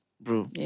bro